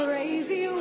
Crazy